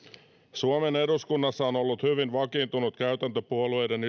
suomen eduskunnassa on ollut hyvin vakiintunut käytäntö puolueiden